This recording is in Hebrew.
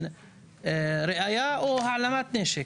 העלמת ראיה או העלמת נשק?